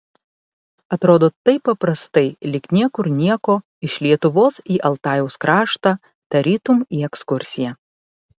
atrodo taip paprastai lyg niekur nieko iš lietuvos į altajaus kraštą tarytum į ekskursiją